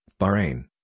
Bahrain